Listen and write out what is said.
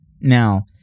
now